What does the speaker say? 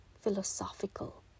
philosophical